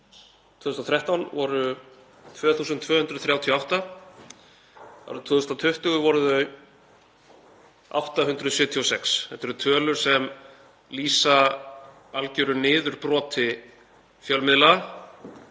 2013 voru 2.238. Árið 2020 voru þau 876. Þetta eru tölur sem lýsa algeru niðurbroti fjölmiðla.